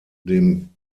dem